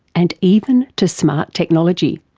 and even to smart technology.